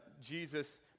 Jesus